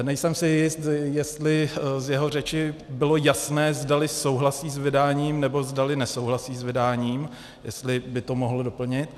Nejsem si jist, jestli z jeho řeči bylo jasné, zdali souhlasí s vydáním, nebo zdali nesouhlasí s vydáním, jestli by to mohl doplnit.